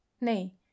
nay